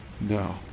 No